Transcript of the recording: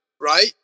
Right